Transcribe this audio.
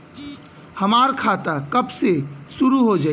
हमार खाता कब से शूरू हो जाई?